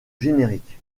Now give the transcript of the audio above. générique